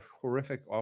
horrific